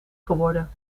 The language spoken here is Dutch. geworden